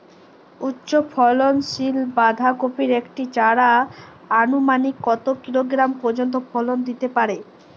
উচ্চ ফলনশীল বাঁধাকপির একটি চারা আনুমানিক কত কিলোগ্রাম পর্যন্ত ফলন দিতে পারে?